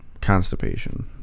constipation